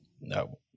No